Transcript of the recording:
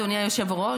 אדוני היושב-ראש,